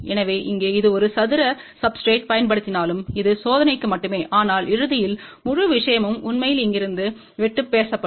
எனவே இங்கே இது ஒரு சதுர சப்ஸ்டிரேட்றைப் பயன்படுத்தினாலும் இது சோதனைக்கு மட்டுமே ஆனால் இறுதியில் முழு விஷயமும் உண்மையில் இங்கிருந்து வெட்டு பேசப்படும்